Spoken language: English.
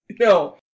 No